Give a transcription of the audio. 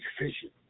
efficient